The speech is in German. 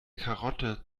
karotten